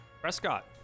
Prescott